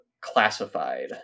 Classified